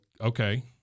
okay